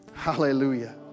Hallelujah